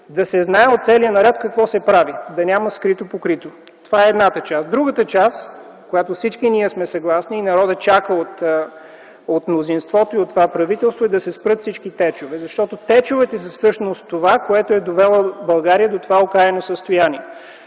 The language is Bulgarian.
да се знае от целия народ какво се прави. Да няма скрито покрито. Това е едната част. Друга част, с която всички ние сме съгласни, и народът чака от мнозинството и от това правителство, е да се спрат всички течове, защото течовете са всъщност това, което е довело България до това окаяно състояние.